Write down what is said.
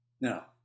Now